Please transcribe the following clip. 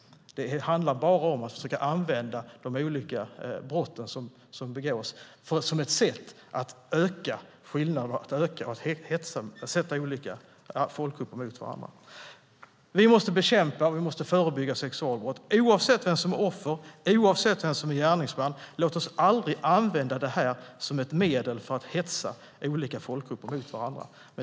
Det handlar bara om att använda de olika brotten som begås för att öka skillnaderna, öka hetsen och ställa olika folkgrupper mot varandra. Vi måste bekämpa och förebygga sexualbrott oavsett vem som är offer och oavsett vem som är gärningsman. Låt oss aldrig använda detta som ett medel för att hetsa olika folkgrupper mot varandra.